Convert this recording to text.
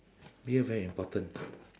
beer very important